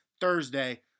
Thursday